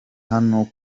hano